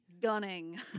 Gunning